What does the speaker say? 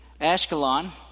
Ashkelon